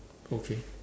okay